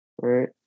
right